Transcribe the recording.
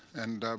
and